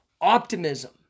optimism